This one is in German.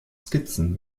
skizzen